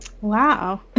Wow